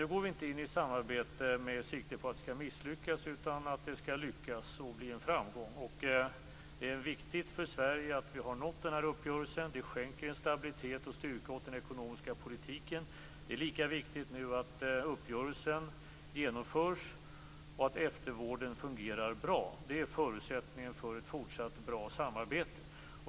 Nu går vi inte in i ett samarbete med sikte på att det skall misslyckas, utan med sikte på att det skall lyckas och bli en framgång. Det är viktigt för Sverige att vi har nått den här uppgörelsen. Det skänker en stabilitet och styrka åt den ekonomiska politiken. Det är lika viktigt att uppgörelsen genomförs och att eftervården fungerar bra. Det är förutsättningen för ett fortsatt bra samarbete.